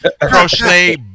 crochet